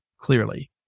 clearly